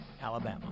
Alabama